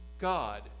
God